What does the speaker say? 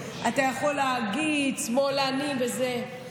אתה יכול להגיד "שמאלנים" וזה,